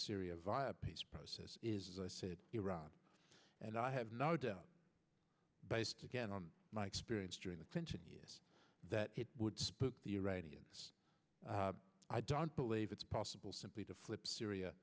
syria via a peace process is as i said iran and i have no doubt based again on my experience during the clinton years that it would spook the iranians i don't believe it's possible simply to flip syria